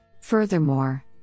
Furthermore